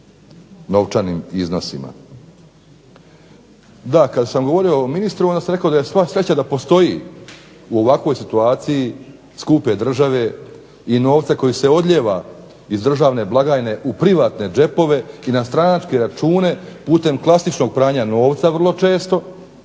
Kada sam govorio ministru onda sam rekao da sva sreća da postoji u ovakvoj situaciji skupe države i novca koji se odlijeva iz državne blagajne u privatne džepove i na stranačke račune putem klasičnog pranja novca vrlo često,